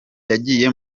yagiye